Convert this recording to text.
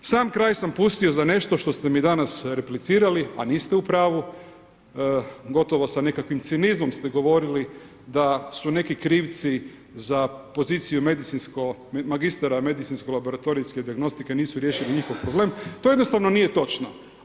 Sam kraj sam pustio za nešto što ste mi danas replicirali, a niste u pravu, gotovo sa nekakvim cinizmom ste govorili da su neki krivci za poziciju magistara medicinsko-laboratorijske dijagnostike nisu riješili njihov problem, to jednostavno nije točno.